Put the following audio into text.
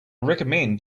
recommend